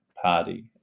Party